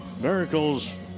Miracles